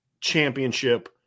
championship